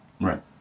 Right